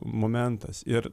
momentas ir